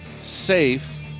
safe